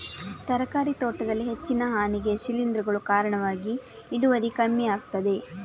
ತರಕಾರಿ ತೋಟದಲ್ಲಿ ಹೆಚ್ಚಿನ ಹಾನಿಗೆ ಶಿಲೀಂಧ್ರಗಳು ಕಾರಣವಾಗಿ ಇಳುವರಿ ಕಮ್ಮಿ ಆಗ್ತದೆ